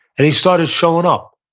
and he started showing up.